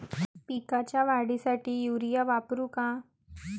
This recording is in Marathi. पिकाच्या वाढीसाठी युरिया वापरू का?